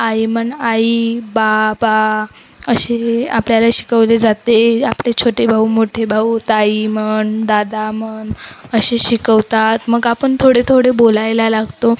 आई म्हण आई बाबा असे आपल्याला शिकवले जाते आपले छोटे भाऊ मोठे भाऊ ताई मग दादा मग असे शिकवतात मग आपण थोडे थोडे बोलायला लागतो